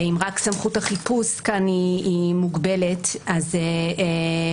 אם רק סמכות החיפוש כאן מוגבלת למשל,